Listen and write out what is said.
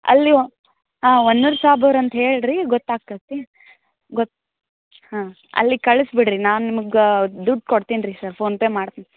ಅಲ್ಲಿ ಒ ಹಾಂ ಒನ್ನೂರ್ ಸಾಬೂರ್ ಅಂತ ಹೇಳಿರಿ ಗೊತ್ತಾಗ್ತತ್ತೆ ಗೊತ್ತು ಹಾಂ ಅಲ್ಲಿಗೆ ಕಳಿಸ್ಬಿಡ್ರೀ ನಾನು ನಿಮಗೆ ದುಡ್ಡು ಕೊಡ್ತೀನಿ ರೀ ಸರ್ ಫೋನ್ಪೇ ಮಾಡ್ತೀನಿ